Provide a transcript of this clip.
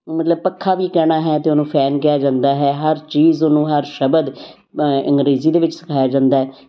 ਮਤਲਬ ਪੱਖਾ ਵੀ ਕਹਿਣਾ ਹੈ ਤੇ ਉਸ ਨੂੰ ਫੈਨ ਕਿਹਾ ਜਾਂਦਾ ਹੈ ਹਰ ਚੀਜ਼ ਉਸ ਨੂੰ ਹਰ ਸ਼ਬਦ ਅੰਗਰੇਜ਼ੀ ਦੇ ਵਿੱਚ ਸਿਖਾਇਆ ਜਾਂਦਾ